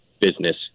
business